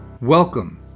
Welcome